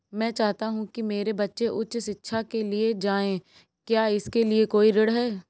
मैं चाहता हूँ कि मेरे बच्चे उच्च शिक्षा के लिए जाएं क्या इसके लिए कोई ऋण है?